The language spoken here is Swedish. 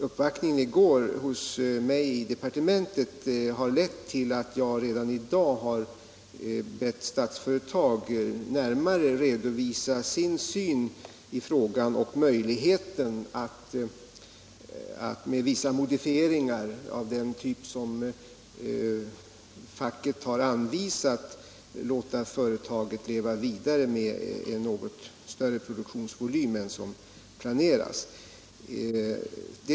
Uppvaktningen i går hos mig i departementet har lett till att jag redan i dag har bett Statsföretag att närmare redovisa sin syn på frågan om möjligheten att med vissa modifieringar av den typ som facket har anvisat låta företaget leva vidare med en något större produktionsvolym än som planeras.